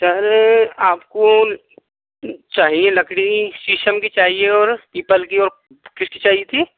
sir आपको चाहिए लकड़ी शीशम की चाहिए और पीपल की और किसकी चाहिए थी